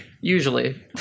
Usually